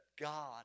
God